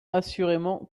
assurément